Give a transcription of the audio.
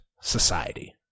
society